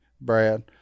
Brad